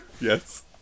yes